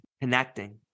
connecting